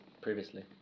previously